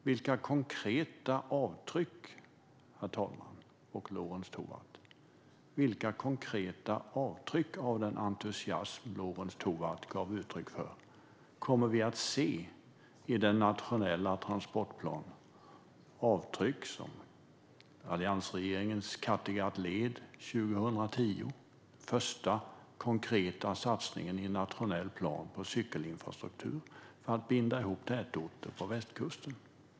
Vilka konkreta avtryck, herr talman och Lorentz Tovatt, av den entusiasm som Lorentz Tovatt gav uttryck för kommer vi att se i den nationella transportplanen? Jag tänker på avtryck som alliansregeringens Kattegattled 2010 - den första konkreta satsningen i en nationell plan för en cykelinfrastruktur för att binda ihop tätorter på västkusten.